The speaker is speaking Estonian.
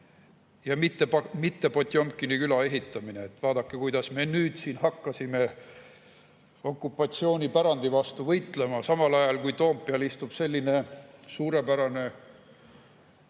mitte Potjomkini küla ehitamine, et "Vaadake, kuidas me nüüd siin hakkasime okupatsioonipärandi vastu võitlema". Samal ajal istub Toompeal selline suurepärane